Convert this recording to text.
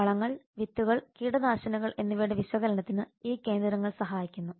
വളങ്ങൾ വിത്തുകൾ കീടനാശിനികൾ എന്നിവയുടെ വിശകലനത്തിന് ഈ കേന്ദ്രങ്ങൾ സഹായിക്കുന്നു